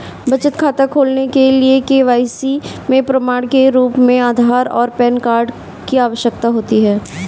बचत खाता खोलने के लिए के.वाई.सी के प्रमाण के रूप में आधार और पैन कार्ड की आवश्यकता होती है